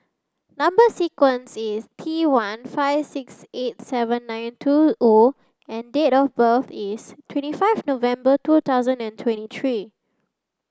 number sequence is T one five six eight seven nine two O and date of birth is twenty five November two thousand and twenty three